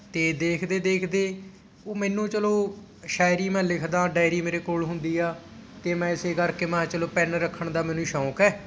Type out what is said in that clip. ਅਤੇ ਦੇਖਦੇ ਦੇਖਦੇ ਉਹ ਮੈਨੂੰ ਚਲੋ ਸ਼ਾਇਰੀ ਮੈਂ ਲਿਖਦਾ ਡਾਇਰੀ ਮੇਰੇ ਕੋਲ ਹੁੰਦੀ ਆ ਅਤੇ ਮੈਂ ਇਸ ਕਰਕੇ ਮੈਂ ਕਿਹਾ ਚਲੋ ਪੈੱਨ ਰੱਖਣ ਦਾ ਮੈਨੂੰ ਸ਼ੌਕ ਹੈ